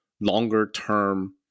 longer-term